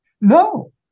No